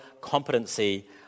competency